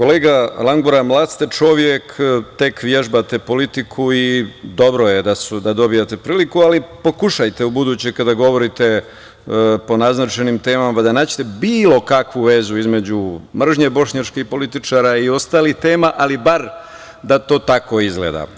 Kolega Langura, mlad ste čovek, tek vežbate politiku i dobro je da dobijate priliku, ali pokušajte ubuduće kada govorite po naznačenim temama da nađete bilo kakvu vezu između mržnje bošnjačkih političara i ostalih tema, ali bar da to tako izgleda.